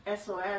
SOS